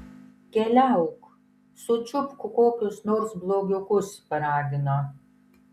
keliauk sučiupk kokius nors blogiukus paragino